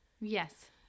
Yes